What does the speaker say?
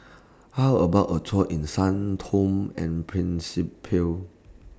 How about A Tour in Sao Tome and Principe